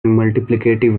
multiplicative